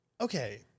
Okay